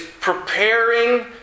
preparing